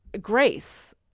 grace